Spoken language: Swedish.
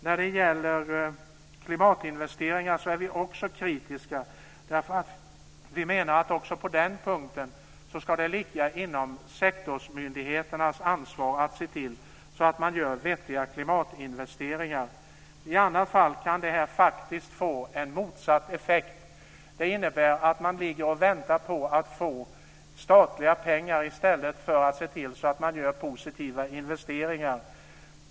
När det gäller klimatinvesteringar är vi också kritiska, därför att vi menar att även på den punkten ska det ligga inom sektorsmyndigheternas ansvar att se till att man gör vettiga klimatinvesteringar. I annat fall kan det här faktiskt få en motsatt effekt. Det innebär att man ligger lågt och väntar på att få statliga pengar i stället för att se till att göra positiva investeringar.